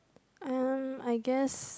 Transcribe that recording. um I guess